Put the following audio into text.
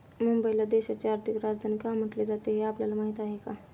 मुंबईला देशाची आर्थिक राजधानी का म्हटले जाते, हे आपल्याला माहीत आहे का?